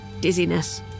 dizziness